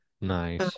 Nice